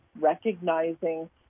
recognizing